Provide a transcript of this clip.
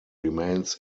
remains